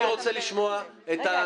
אני רוצה לשמוע --- רגע,